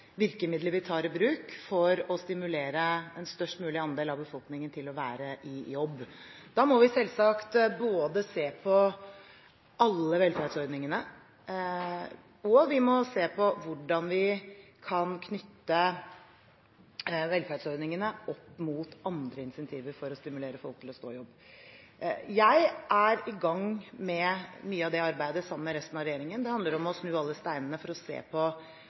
virkemidler vi tar i bruk for å stimulere en størst mulig andel av befolkningen til å være i jobb. Da må vi selvsagt se både på alle velferdsordningene og på hvordan vi kan knytte velferdsordningene opp mot andre insentiver for å stimulere folk til å stå i jobb. Jeg er i gang med mye av dette arbeidet sammen med resten av regjeringen. Det handler om å snu alle steiner for å se om vi kan innrette noen av ordningene på